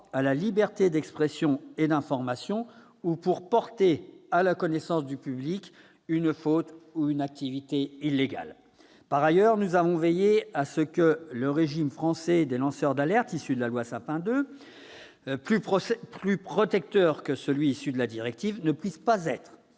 à la liberté d'expression et d'information ou pour porter à la connaissance du public une faute ou une activité illégale. Par ailleurs, nous avons également veillé à ce que le régime français des lanceurs d'alerte, issu de la loi Sapin II, plus protecteur que celui issu de la directive, ne puisse pas être